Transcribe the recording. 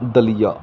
ਦਲੀਆ